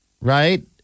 right